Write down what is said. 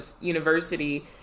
university